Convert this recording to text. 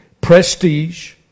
prestige